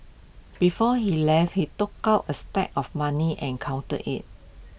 before he left he took out A stack of money and counted IT